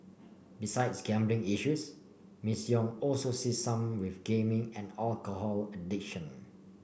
besides gambling issues Miss Yong also sees some with gaming and alcohol addiction